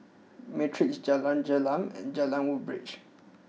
Matrix Jalan Gelam and Jalan Woodbridge